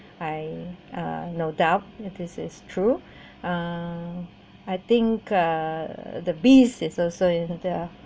uh no doubt if this is true uh I think uh the beast is also in the